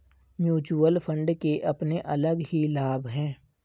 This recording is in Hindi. म्यूच्यूअल फण्ड के अपने अलग ही लाभ हैं